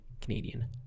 Canadian